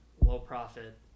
low-profit